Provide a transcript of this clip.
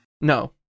no